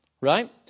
Right